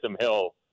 Hill